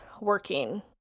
working